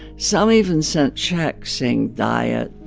some even sent checks saying, dye it,